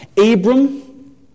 Abram